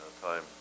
time